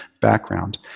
background